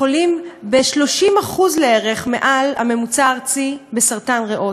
חולים ב-30% לערך מעל הממוצע הארצי בסרטן ריאות.